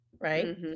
right